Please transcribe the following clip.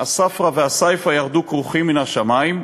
"ספרא וסייפא ירדו כרוכים מן השמים"